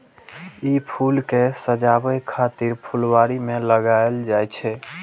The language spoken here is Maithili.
ई फूल कें सजाबै खातिर फुलबाड़ी मे लगाएल जाइ छै